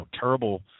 terrible